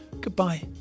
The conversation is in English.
Goodbye